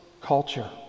culture